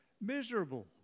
miserable